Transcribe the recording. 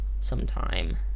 sometime